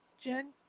Jen